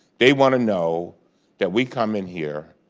they want to know that we come in here,